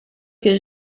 que